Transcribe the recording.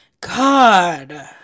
God